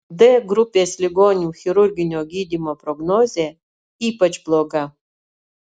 d grupės ligonių chirurginio gydymo prognozė ypač bloga